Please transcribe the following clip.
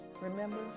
remember